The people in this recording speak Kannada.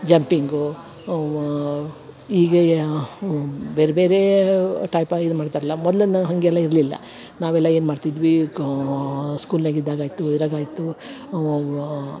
ಜಂಪ್ಪಿಂಗು ಈಗೆ ಬೇರೆ ಬೇರೆ ಟೈಪಾ ಇದು ಮಾಡ್ತರಲ್ಲ ಮೊದ್ಲನ ಹಾಗೆಲ್ಲ ಇರಲಿಲ್ಲ ನಾವೆಲ್ಲ ಏನು ಮಾಡ್ತಿದ್ವೀ ಕಾ ಸ್ಕೂಲ್ನ್ಯಾಗ ಇದ್ದಾಗ ಆಯಿತು ಇದ್ರಾಗ ಆಯಿತು